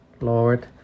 Lord